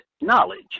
knowledge